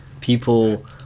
People